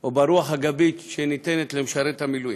או ברוח הגבית שניתנת למשרת המילואים.